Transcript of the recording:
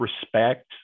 respect